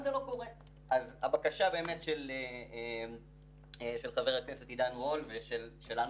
אז הבקשה של חבר הכנסת עידן רול ושלנו,